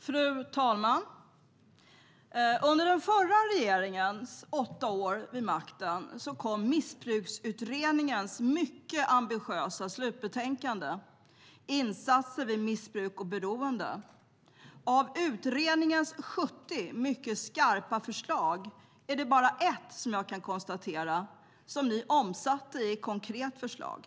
Fru talman! Under den förra regeringens åtta år vid makten kom Missbruksutredningens mycket ambitiösa slutbetänkande Bättre insatser vid missbruk och beroende . Jag kan konstatera att av utredningens 70 mycket skarpa förslag är det bara ett som ni i Alliansen omsatte i ett konkret förslag.